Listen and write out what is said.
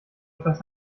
etwas